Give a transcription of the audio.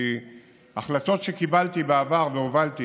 כי החלטות שקיבלתי בעבר והובלתי